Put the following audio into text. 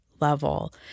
level